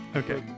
okay